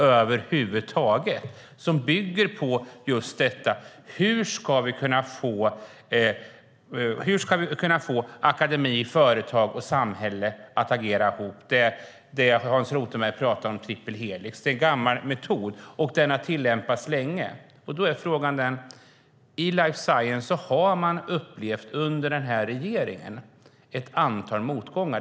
Näringspolitiken borde bygga på just hur man ska kunna få akademi, företag och samhälle att agera ihop - triple helix, som Hans Rothenberg talade om. Det är en gammal metod som har tillämpats länge. Då uppstår en fråga. I life science har man under denna regering upplevt ett antal motgångar.